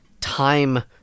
time